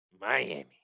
Miami